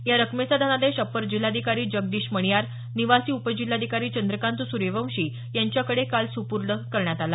या रकमेचा धनादेश अप्पर जिल्हाधिकारी जगदीश मणियार निवासी उपजिल्हाधिकारी चंद्रकांत सूर्यवंशी यांच्याकडे काल सुपूर्द करण्यात आला